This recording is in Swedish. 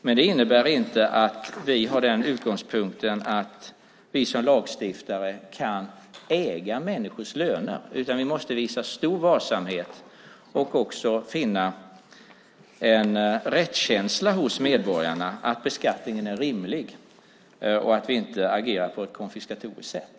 Men det innebär inte att vi har utgångspunkten att vi som lagstiftare kan äga människors löner, utan vi måste visa stor varsamhet och också finna en rättskänsla hos medborgarna att beskattningen är rimlig och att vi inte agerar på ett konfiskatoriskt sätt.